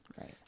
Right